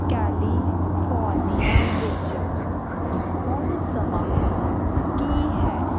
California ਵਿੱਚ ਹੁਣ ਸਮਾਂ ਕੀ ਹੈ